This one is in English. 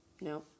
No